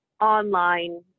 online